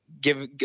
give